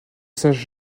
sache